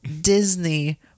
Disney